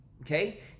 okay